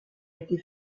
été